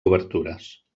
obertures